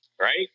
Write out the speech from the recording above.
right